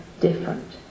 different